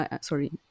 Sorry